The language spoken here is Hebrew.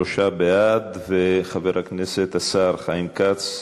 שלושה בעד, וחבר הכנסת השר חיים כץ,